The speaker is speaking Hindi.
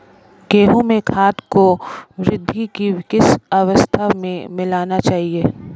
गेहूँ में खाद को वृद्धि की किस अवस्था में मिलाना चाहिए?